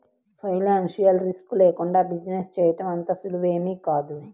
financial risk లేకుండా business చేయడం అంత సులువేమీ కాదు